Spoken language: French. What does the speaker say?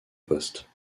poste